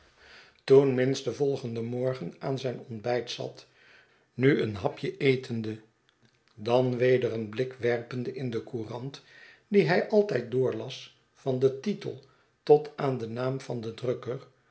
toen minns den volgenden morgen aan zijn ontbijt zat nu een hapje etende dan weder een blik werpende in de courant die hij altijd doorlas van den titel tot aan den naam van den drukker